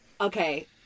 okay